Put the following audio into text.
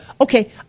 okay